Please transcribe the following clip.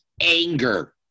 anger